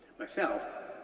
myself,